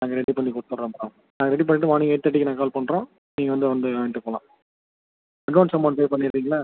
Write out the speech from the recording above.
நாங்கள் ரெடி பண்ணி கொடுத்துட்றோம் மேடம் நாங்கள் ரெடி பண்ணிவிட்டு மார்னிங் எயிட் தேர்ட்டிக்கு நாங்கள் கால் பண்ணுறோம் நீங்கள் வந்து வந்து வாங்கிகிட்டு போகலாம் அட்வான்ஸ் அமௌன்ட் பே பண்ணிவிட்றீங்களா